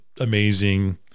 amazing